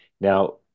Now